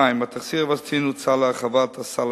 2. התכשיר "אווסטין" הוצע להרחבת הסל